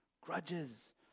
Grudges